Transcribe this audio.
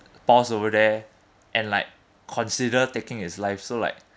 pause over there and like consider taking its life so like